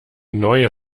neue